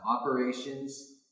Operations